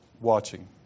watching